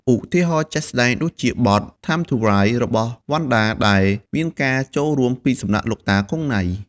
ឧទាហរណ៍ជាក់ស្តែងដូចជា បទ "ថាម ធូរ រ៉ៃ" របស់ វណ្ណដា ដែលមានការចូលរួមពីលោកតា គង់ ណៃ។